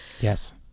yes